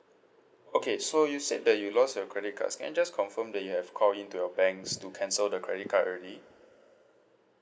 okay so you said that you lost your credit cards can I just confirm that you have call in to your banks to cancel the credit card already